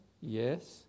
Yes